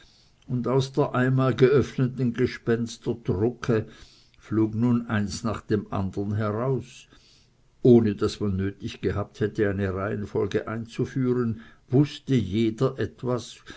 und aus der einmal geöffneten gespensterdrucke flog nun eins nach dem andern heraus und ohne daß man nötig gehabt hätte eine reihenfolge einzuführen wußte jeder etwas